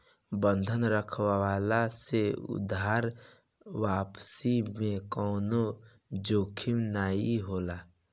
बंधक रखववला से उधार वापसी में कवनो जोखिम नाइ होला